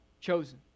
Chosen